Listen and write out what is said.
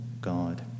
God